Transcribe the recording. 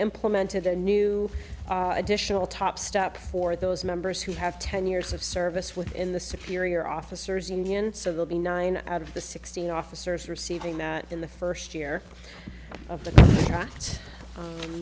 implemented a new additional top step for those members who have ten years of service within the security or officers union so they'll be nine out of the sixteen officers receiving that in the first year of the